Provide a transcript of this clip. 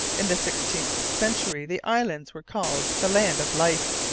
in the sixteenth century the islands were called the land of life.